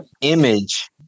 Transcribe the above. image